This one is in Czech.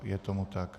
Je tomu tak.